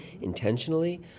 intentionally